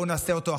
בואו נעשה אותו,